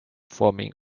forming